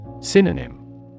Synonym